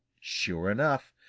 sure enough,